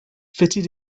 fitted